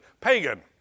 pagan